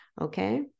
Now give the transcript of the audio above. okay